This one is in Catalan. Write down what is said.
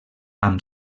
amb